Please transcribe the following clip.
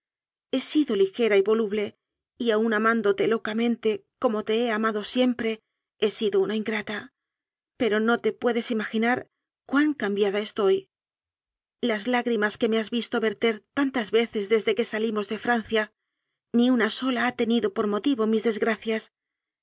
he sido li gera y voluble y aun amándote locamente como te he amado siempre he sido una ingrata pero no te puedes imaginar cuán cambiada estoy las lágrimas que me has visto verter tantas veces des de que salimos de francia ni una sola ha tenido por motivo mis desgracias